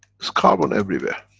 it's carbon everywhere.